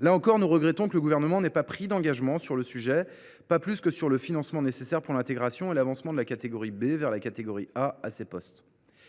Là encore, nous regrettons que le Gouvernement n’ait pas pris d’engagement sur le sujet, pas plus que sur le financement nécessaire pour l’intégration et l’avancement de la catégorie B vers la catégorie A de ces postes.